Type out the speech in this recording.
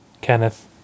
Kenneth